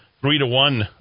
three-to-one